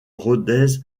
rodez